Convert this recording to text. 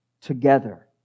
together